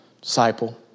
disciple